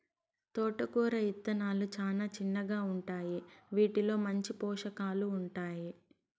తోటకూర ఇత్తనాలు చానా చిన్నగా ఉంటాయి, వీటిలో మంచి పోషకాలు ఉంటాయి